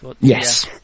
Yes